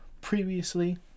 previously